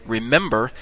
Remember